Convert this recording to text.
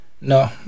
No